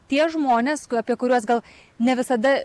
tie žmonės apie kuriuos gal ne visada